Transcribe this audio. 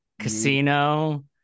Casino